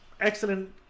excellent